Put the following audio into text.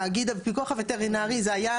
תאגיד הפיקוח הווטרינרי זה היה